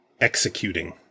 executing